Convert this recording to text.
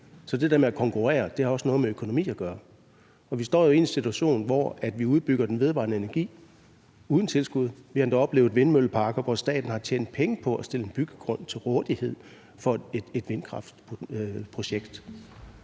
at det der med at konkurrere også har noget med økonomi at gøre. Og vi står jo i en situation, hvor vi udbygger den vedvarende energi uden tilskud. Vi har endda oplevet vindmølleparker, hvor staten har tjent penge på at stille en byggegrund til rådighed for et vindkraftprojekt.